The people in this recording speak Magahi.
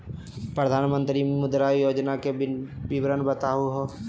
प्रधानमंत्री मुद्रा योजना के विवरण बताहु हो?